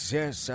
yes